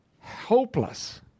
hopeless